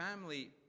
family